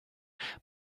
but